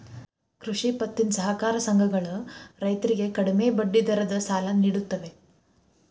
ಕೃಷಿ ಪತ್ತಿನ ಸಹಕಾರ ಸಂಘಗಳ ರೈತರಿಗೆ ಕಡಿಮೆ ಬಡ್ಡಿ ದರದ ಸಾಲ ನಿಡುತ್ತವೆ